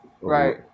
right